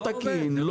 זה לא תקין.